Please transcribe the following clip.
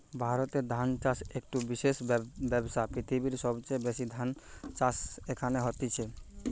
ভারতে ধান চাষ একটো বিশেষ ব্যবসা, পৃথিবীর সবচেয়ে বেশি ধান চাষ এখানে হতিছে